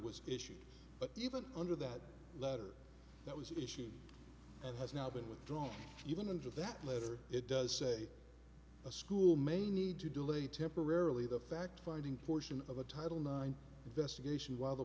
was issued but even under that letter that was issued and has now been withdrawn even under that letter it does say a school may need to delay temporarily the fact finding portion of a title nine best occasion while the